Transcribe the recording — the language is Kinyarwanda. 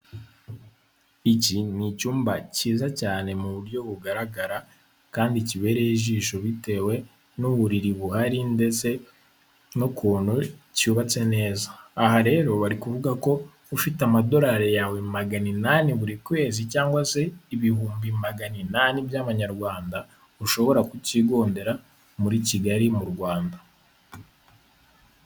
Iki ni icyumba cyiza cyane mu buryo bugaragara kandi kibereye ijisho bitewe n'uburiri buhari ndetse n'ukuntu cyubatse neza aha rero bari kuvuga ko ufite amadolari yawe maganinani buri kwezi cyangwa se ibihumbi maganai nani by'amanyarwanda ushobora kukigondera muri Kigali mu Rwanda.